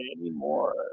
anymore